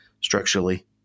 structurally